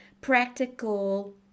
practical